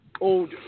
old